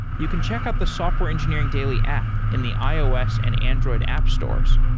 you can check out the software engineering daily app in the ios and android app stores.